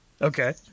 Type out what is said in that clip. Okay